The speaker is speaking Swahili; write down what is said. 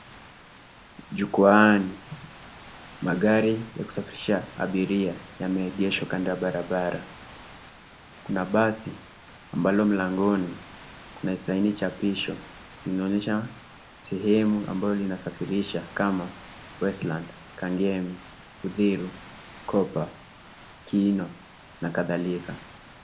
Jukwaani, magari ya kusafirisha abiria yameegeshwa kando ya barabara. Kuna basi ambalo mlangoni kuna chapisho linaonyesha sehemu ambayo linasafirisha kama Westland, Kangemi, Uthiru, Kopa, Kiino na kadhalika.